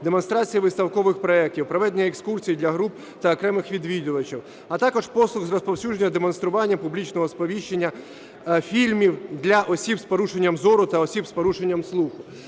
демонстрація виставкових проектів, проведення екскурсій для груп та окремих відвідувачів, а також послуг з розповсюдження демонстрування публічного сповіщення фільмів для осіб з порушення зору та осіб з порушенням слуху.